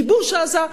כיבוש עזה,